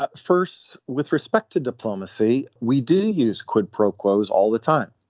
but first with respect to diplomacy we do use quid pro quos all the time.